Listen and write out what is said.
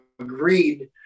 agreed